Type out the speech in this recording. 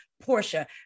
Portia